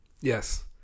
Yes